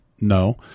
No